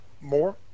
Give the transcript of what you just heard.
more